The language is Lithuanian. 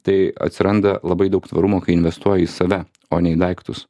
tai atsiranda labai daug tvarumo kai investuoji į save o ne įdaiktus